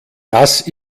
das